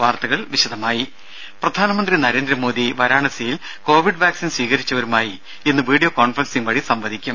വാർത്തകൾ വിശദമായി പ്രധാനമന്ത്രി നരേന്ദ്രമോദി വരാണസിയിൽ കോവിഡ് വാക്സിൻ സ്വീകരിച്ചവരുമായി ഇന്ന് വീഡിയോ കോൺഫറൻസിങ്ങ് സംവദിക്കും